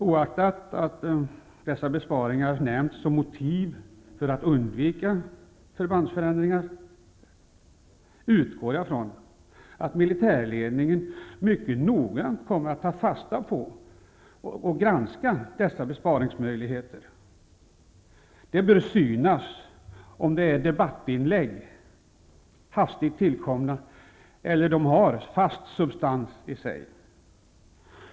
Oaktat att dessa besparingar nämnts som motiv för att undvika förbandsförändringar, utgår jag från att militärledningen mycket noggrant kommer att ta fasta på och granska dessa besparingsmöjligheter. Det bör noga prövas vad de är värda. Det bör synas om de är debattinlägg, hastigt tillkomna, eller om de har fast substans i sig.